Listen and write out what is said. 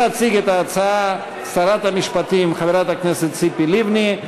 תציג את ההצעה שרת המשפטים חברת הכנסת ציפי לבני.